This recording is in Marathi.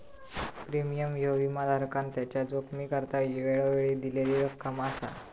प्रीमियम ह्यो विमाधारकान त्याच्या जोखमीकरता वेळोवेळी दिलेली रक्कम असा